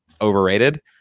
overrated